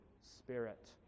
Spirit